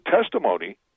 testimony